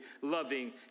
loving